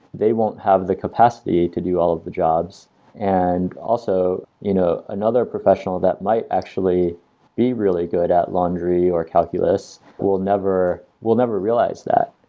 they won't have the capacity to do all of the jobs and also, you know, another professional that might actually be really good at laundry or calculus will never will never realize that.